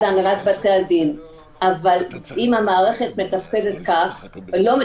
הנהלת בתי-הדין אבל אם המערכת לא מתפקדת,